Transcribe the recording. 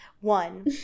One